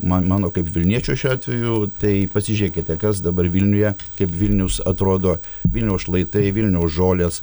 man mano kaip vilniečio šiuo atveju tai pasižiūrėkite kas dabar vilniuje kaip vilnius atrodo vilniaus šlaitai vilniaus žolės